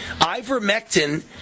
Ivermectin